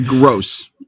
Gross